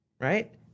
Right